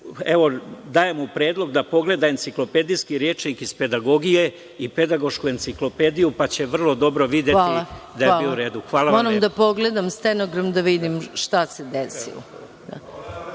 dece. Dajem mu predlog da pogleda enciklopedijski rečnik iz pedagogije i pedagošku enciklopediju pa će vrlo dobro videti da je bio u redu. **Maja Gojković** Hvala. Moram da pogledam stenogram da vidim šta se